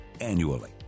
annually